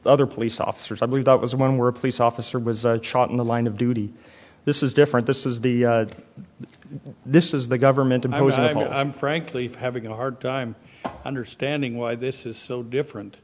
other police officers i believe that was one where a police officer was shot in the line of duty this is different this is the this is the government and i was and i'm frankly having a hard time understanding why this is so different